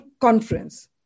Conference